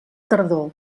tardor